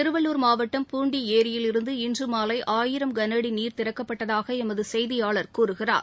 திருவள்ளுர் மாவட்டம் பூண்டி ஏரியிலிருந்து இன்று ஆயிரம் கனஅடி நீர் திறக்கப்பட்டதாக எமது செய்தியாளர் கூறுகிறார்